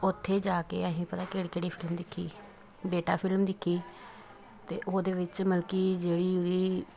ਉੱਥੇ ਜਾ ਕੇ ਅਸੀਂ ਪਤਾ ਕਿਹੜੀ ਕਿਹੜੀ ਫਿਲਮ ਦੇਖੀ ਬੇਟਾ ਫਿਲਮ ਦੇਖੀ ਅਤੇ ਉਹਦੇ ਵਿੱਚ ਮਲ ਕਿ ਜਿਹੜੀ ਉਹਦੀ